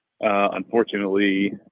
unfortunately